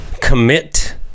Commit